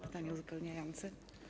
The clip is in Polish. Pytanie uzupełniające.